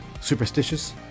superstitious